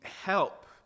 help